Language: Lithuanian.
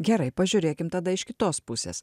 gerai pažiūrėkim tada iš kitos pusės